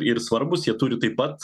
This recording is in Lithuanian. ir svarbūs jie turi taip pat